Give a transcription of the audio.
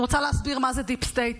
אני רוצה להסביר מה זה דיפ סטייט.